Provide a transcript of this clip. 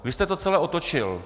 Vy jste to celé otočil.